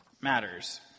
matters